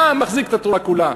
מה מחזיק את התורה כולה.